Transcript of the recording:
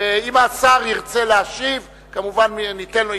ואם השר ירצה להשיב, כמובן ניתן לו.